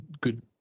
good